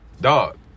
Dog